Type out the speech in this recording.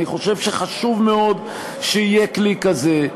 אני חושב שחשוב מאוד שיהיה כלי כזה,